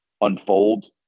unfold